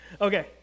Okay